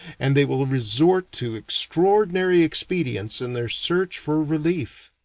and they will resort to extraordinary expedients in their search for relief.